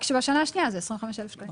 רק שבשנה השנייה זה 25,000 שקלים.